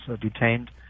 detained